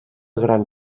gran